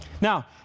Now